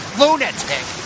lunatic